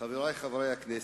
חברי חברי הכנסת,